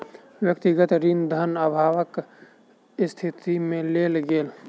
व्यक्तिगत ऋण धन अभावक स्थिति में लेल गेल